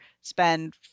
spend